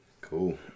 Cool